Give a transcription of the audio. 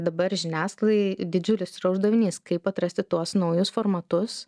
dabar žiniasklaidai didžiulis yra uždavinys kaip atrasti tuos naujus formatus